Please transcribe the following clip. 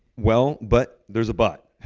well, but, there's a but.